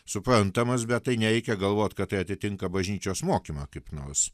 suprantamas bet tai nereikia galvot kad tai atitinka bažnyčios mokymą kaip nors